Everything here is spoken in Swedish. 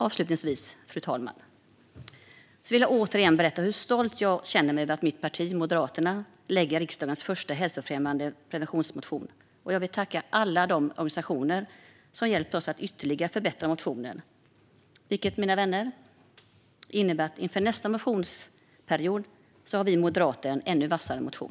Avslutningsvis vill jag återigen berätta hur stolt jag känner mig över att mitt parti Moderaterna lägger riksdagens första preventionsmotion. Jag vill tacka alla de organisationer som hjälpt oss att ytterligare förbättra denna motion, vilket, mina vänner, innebär att inför nästa motionsperiod har vi moderater en ännu vassare motion.